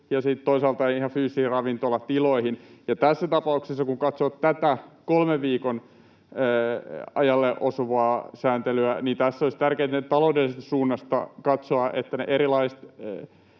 toisaalta ihan fyysisiin ravintolatiloihin. Ja tässä tapauksessa, kun katsoo tätä kolmen viikon ajalle osuvaa sääntelyä, olisi tärkeätä nyt taloudellisesta suunnasta katsoa, että erilaisia,